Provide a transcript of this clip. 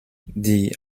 die